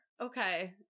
Okay